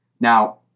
Now